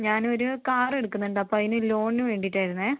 ഞാനൊരു കാർ എടുക്കുന്നുണ്ട് അപ്പം അതിന് ലോണിന് വേണ്ടിയിട്ടായിരുന്നേ